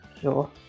sure